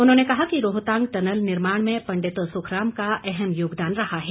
उन्होंने कहा कि रोहतांग टनल निर्माण में पंडित सुखराम का अहम योगदान रहा है